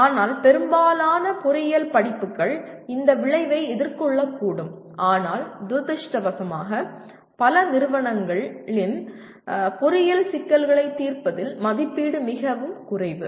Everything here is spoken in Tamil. ஆனால் பெரும்பாலான பொறியியல் படிப்புகள் இந்த விளைவை எதிர்கொள்ளக்கூடும் ஆனால் துரதிர்ஷ்டவசமாக பல நிறுவனங்களில் பொறியியல் சிக்கல்களைத் தீர்ப்பதில் மதிப்பீடு மிகக் குறைவு